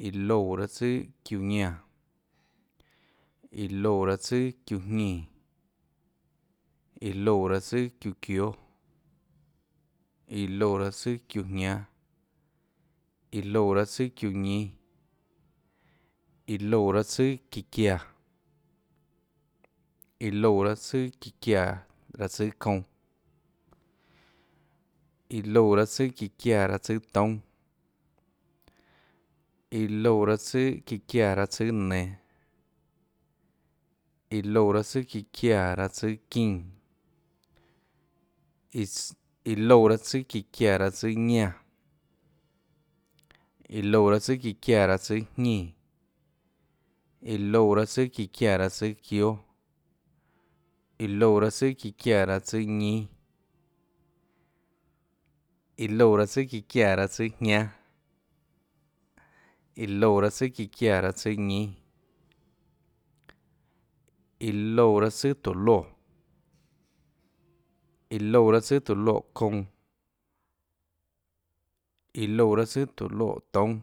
iã loúã raâ tsùà çiúã ñánã, iã loúã raâ tsùà çiúãjñínã, iã loúã raâ tsùà çiúã çióâ, iã loúã raâ tsùà çiúã jñánâ, iã loúã raâ tsùà çiúã ñínâ, iã loúã raâ tsùà çíã çiáã, iã loúã raâ tsùàçíã çiáã raâ tsùâ kounã, iã loúã raâ tsùàçíã çiáã raâ tsùâ toúnâ, iã loúã raâ tsùà çíã çiáã raâ tsùâ nenå, iã loúã raâ tsùàçíã çiáã raâ tsùâ çínã, iss. iã loúã raâ tsùàçíã çiáã raâtsùâ ñánã, iã loúã raâ tsùà çíã çiáã raâ tsùâ jñínã, iã loúã raâ tsùà çíã çiáã raâ tsùâ çióâ, iã loúã raâ tsùà çiáã raâ tsùâjñínâ, iã loúã raâ tsùà çiáã raâ tsùâjñánâ, iã loúã raâ tsùà çiáã raâ tsùâjñínâ, iã loúã raâ tsùà çiáã raâ tsùâ tóå loè. iã loúã raâ tsùàtóå loè kounã, iã loúã raâ tsùàtóå loè toúnâ.